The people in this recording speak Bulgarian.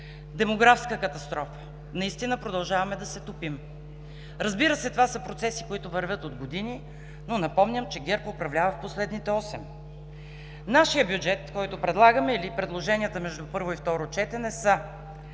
Демографска катастрофа – наистина продължаваме да се топим. Разбира се, това са процеси, които вървят от години, но напомням, че ГЕРБ управлява в последните осем. Нашият бюджет, който предлагаме, или предложенията между първо и второ четене са: